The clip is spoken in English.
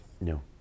No